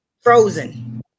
frozen